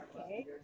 Okay